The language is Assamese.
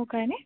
মোৰ কাৰণে